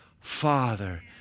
Father